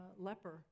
leper